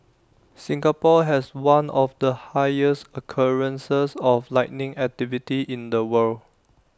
Singapore has one of the highest occurrences of lightning activity in the world